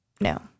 No